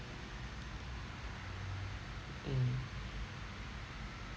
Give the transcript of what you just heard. mm